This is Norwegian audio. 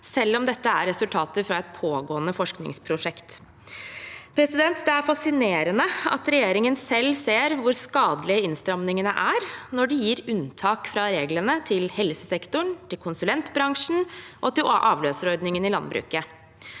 selv om dette er resultater fra et pågående forskningsprosjekt. Det er fascinerende at regjeringen selv ser hvor skadelige innstramningene er, når de gir unntak fra reglene til helsesektoren, til konsulentbransjen og til avløserordningen i landbruket.